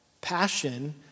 passion